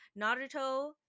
Naruto